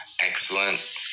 excellent